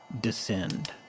DESCEND